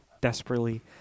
desperately